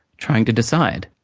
trying to decide.